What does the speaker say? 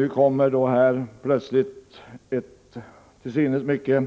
Nu kommer här plötsligt ett till synes mycket